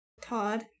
Todd